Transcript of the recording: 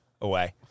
away